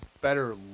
better